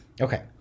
okay